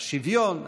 השוויון,